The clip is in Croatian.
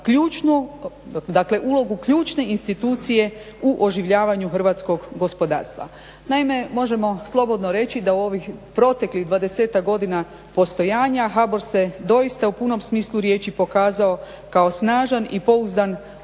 ulogu ključne institucije u oživljavanju hrvatskog gospodarstva. Naime, možemo slobodno reći da u ovih proteklih 20-tak godina postojanja HBOR se doista u punom smislu riječi pokazao kao snažan i pouzdan